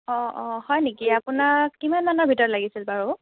অঁ অঁ হয় নেকি আপোনাক কিমানমানৰ ভিতৰত লাগিছিল বাৰু